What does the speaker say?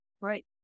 Right